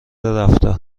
رفتار